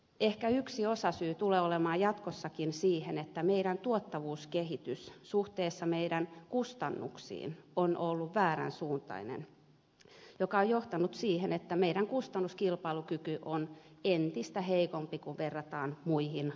ehkä yksi osasyy siihen tulee olemaan jatkossakin se että meidän tuottavuuskehityksemme suhteessa meidän kustannuksiimme on ollut väärän suuntainen mikä on johtanut siihen että meidän kustannuskilpailukykymme on entistä heikompi kun verrataan muihin maihin